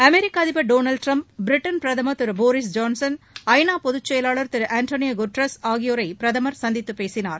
அமெரிக்க அதிபர் Donald Trump Britain பிரதமர் திரு போரிஸ் ஜான்சன் ஐ நா பொதுச்செயவாளர் திரு ஆன்ட்னியோ குட்ரஸ் ஆகியோரை பிரதமர் சந்தித்துப்பேசினார்